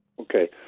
Okay